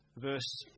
verse